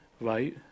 right